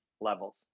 levels